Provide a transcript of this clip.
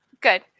Good